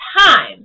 time